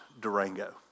Durango